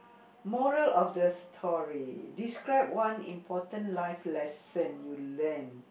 moral of the story describe one important life lesson you learnt